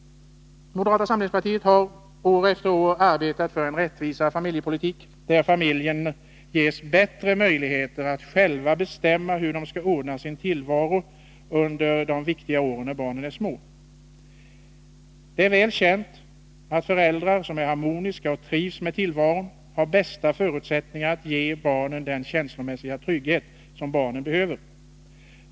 Moderata samlingspartiet har år efter år arbetat för en rättvisare familjepolitik, där familjen ges bättre möjligheter att själv bestämma hur den skall ordna sin tillvaro under de viktiga år när barnen är små. Det är väl känt att föräldrar som är harmoniska och trivs med tillvaron har de bästa förutsättningarna att ge barnen den känslomässiga trygghet de behöver.